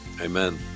Amen